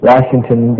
Washington